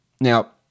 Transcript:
Now